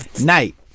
night